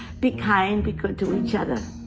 be kind, be good to each other.